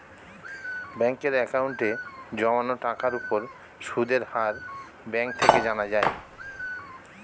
ব্যাঙ্কের অ্যাকাউন্টে জমানো টাকার উপর সুদের হার ব্যাঙ্ক থেকে জানা যায়